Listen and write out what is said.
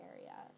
Area